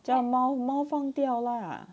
这样猫猫放掉啦